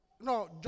No